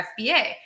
FBA